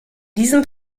diesem